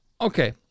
Okay